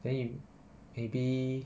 then you maybe